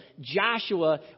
Joshua